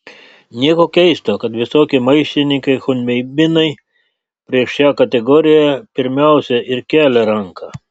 nieko keisto kad visokie maištininkai chunveibinai prieš šią kategoriją pirmiausia ir kelia ranką